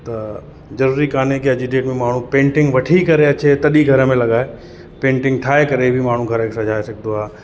त ज़रूरी काने कि अॼु जेके माण्हू पेंटिंग वठी करे अचे तॾहिं घर में लॻाए पेंटिंग ठाहे करे बि माण्हू घर खे सजाए सघंदो आहे